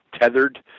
tethered